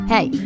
Hey